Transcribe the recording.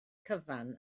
cyfan